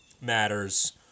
matters